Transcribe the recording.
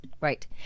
Right